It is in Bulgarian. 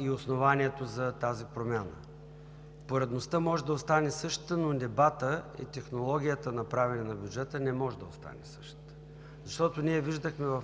и основанието за тази промяна. Поредността може да остане същата, но дебатът и технологията на правене на бюджета не може да остане същата. Защото в